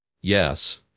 Yes